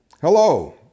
Hello